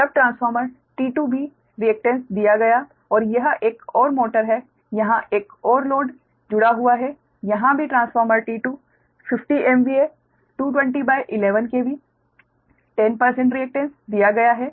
तब transformer T2 भी reactance दिया गया और यह एक और मोटर है यहाँ एक और लोड जुड़ा हुआ है यहाँ भी transformer T2 50 MVA 22011 KV 10 reactance दिया गया है